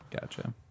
Gotcha